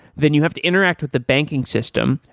then you have to interact with a banking system,